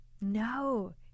No